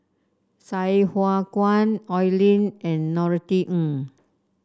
Sai Hua Kuan Oi Lin and Norothy Ng